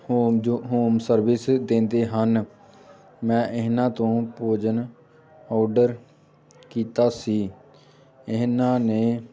home ਜੋ home service ਦਿੰਦੇ ਹਨ ਮੈਂ ਇਹਨਾਂ ਤੋਂ ਭੋਜਨ ਔਡਰ ਕੀਤਾ ਸੀ ਇਹਨਾਂ ਨੇ